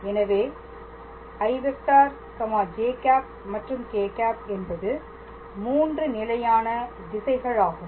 எனவே î ĵ மற்றும் k̂ என்பது 3 நிலையான திசைகள் ஆகும்